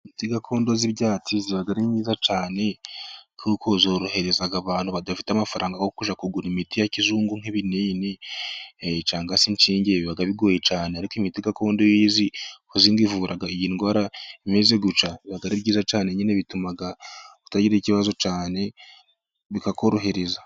Imiti gakondo z'ibyats ziba ari nziza cyane kuko zorohereza abantu badafite amafaranga yo kujya kugura imiti ya kizungu, nk'ibinini cyangwa se inshinge biba bigoye cyane ariko imiti gakondo oyo uzi ko ivura iyi ndwara imeze gucya, ibyiza cane nyine bitumatagira ikibazo cyanean bikakorohereza